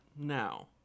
now